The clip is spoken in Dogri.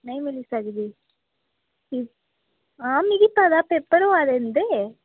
नेईं मिली सकदी हां मिगी पता पेपर होआ दे इं'दे